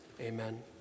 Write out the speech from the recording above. Amen